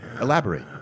Elaborate